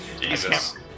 Jesus